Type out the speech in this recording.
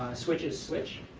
switches switch.